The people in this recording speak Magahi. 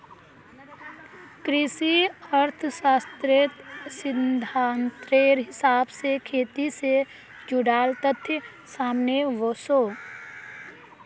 कृषि अर्थ्शाश्त्रेर सिद्धांतेर हिसाब से खेटी से जुडाल तथ्य सामने वोसो